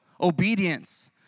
Obedience